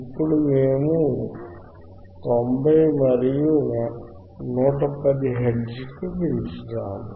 ఇప్పుడు మేము 90 మరియు 110 హెర్ట్జ్ కు పెంచాము